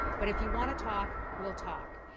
but if you want to talk, we'll talk.